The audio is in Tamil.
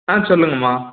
ஆ சொல்லுங்கம்மா